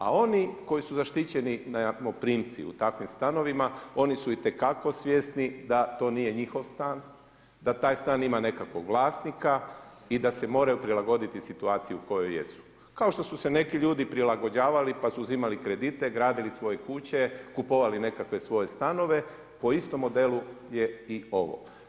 A oni koji su zaštićeni najmoprimci u takvim stanovima oni su itekako svjesni da to nije njihov stan, da taj stan ima nekakvog vlasnika i da se moraju prilagoditi situaciji u kojoj jesu, kao što su se neki ljudi prilagođavali pa su uzimali kredite, gradili svoje kuće, kupovali nekakve svoje stanove po istom modelu je i ovo.